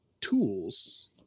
tools